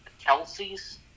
Kelsey's